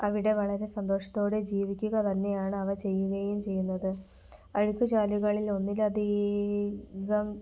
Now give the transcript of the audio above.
അവിടെ വളരെ സന്തോഷത്തോടെ ജീവിക്കുക തന്നെയാണ് അവ ചെയ്യുകയും ചെയ്യുന്നത് അഴുക്കുചാലുകളിൽ ഒന്നിലധീകം